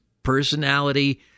personality